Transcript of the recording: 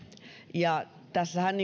ja tässähän